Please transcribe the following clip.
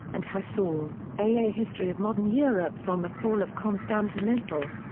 and hassall, a. a history of modern europe from the fall of constantinople.